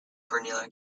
cornelia